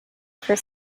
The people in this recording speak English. for